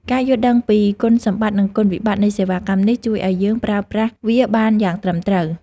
ការយល់ដឹងពីគុណសម្បត្តិនិងគុណវិបត្តិនៃសេវាកម្មនេះ ជួយឱ្យយើងប្រើប្រាស់វាបានយ៉ាងត្រឹមត្រូវ។